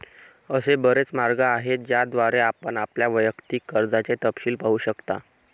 असे बरेच मार्ग आहेत ज्याद्वारे आपण आपल्या वैयक्तिक कर्जाचे तपशील पाहू शकता